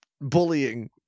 bullying